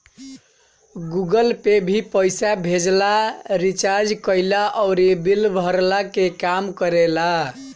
Google Pay भी पईसा भेजला, रिचार्ज कईला अउरी बिल भरला के काम करेला